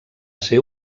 ser